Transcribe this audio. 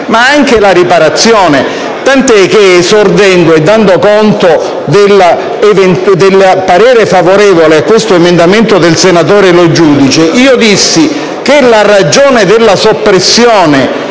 ma anche la riparazione, tant'è che, esordendo e dando conto del parere favorevole all'emendamento a prima firma del senatore Lo Giudice, io dissi che la ragione della soppressione